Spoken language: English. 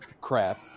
crap